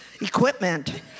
equipment